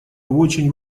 очень